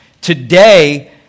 Today